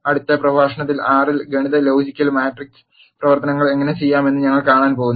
അടുത്ത പ്രഭാഷണത്തിൽ R ൽ ഗണിത ലോജിക്കൽ മാട്രിക്സ് പ്രവർത്തനങ്ങൾ എങ്ങനെ ചെയ്യാമെന്ന് ഞങ്ങൾ കാണാൻ പോകുന്നു